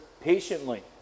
patiently